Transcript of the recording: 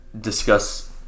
discuss